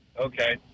Okay